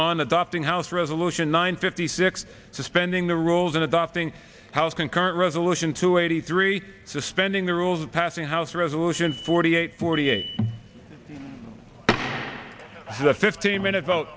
on adopting house resolution nine fifty six suspending the rules in adopting house concurrent resolution two eighty three suspending the rules of passing house resolution forty eight forty eight the fifteen minute vote